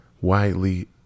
widely